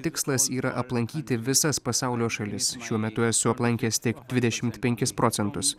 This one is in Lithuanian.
tikslas yra aplankyti visas pasaulio šalis šiuo metu esu aplankęs tik dvidešim penkis procentus